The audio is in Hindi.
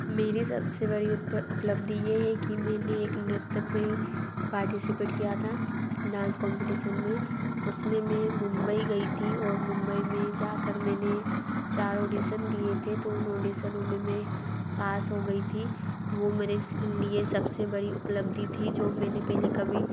मेरी सब से बड़ी उत उपलब्धी ये है कि मैंने एक नृत्य में पार्टीसिपेट किया था डांस कॉम्पटीसन में उस में मैं मुंबई गई थी ओर मुंबई में जा कर मैंने चार ऑडीसन दिए थे तो उन ऑडीसनों में मैं पास हो गई थी वो मेरे लिए सब से बड़ी उपलब्दि थी जो मेंने पहले कभी